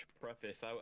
Preface